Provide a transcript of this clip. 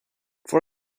for